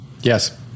Yes